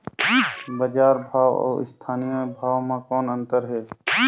बजार भाव अउ स्थानीय भाव म कौन अन्तर हे?